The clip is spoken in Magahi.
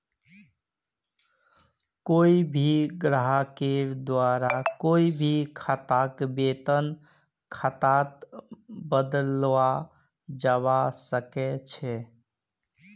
कोई भी ग्राहकेर द्वारा कोई भी खाताक वेतन खातात बदलाल जवा सक छे